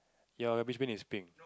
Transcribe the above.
your rubbish bin is pink